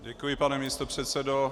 Děkuji, pane místopředsedo.